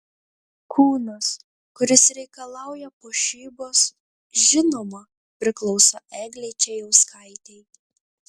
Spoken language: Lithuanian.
kūnas kuris reikalauja puošybos žinoma priklauso eglei čėjauskaitei